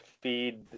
feed